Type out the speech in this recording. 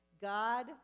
God